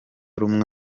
rumwe